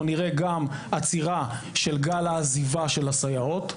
נראה גם עצירה של גל העזיבה של הסייעות.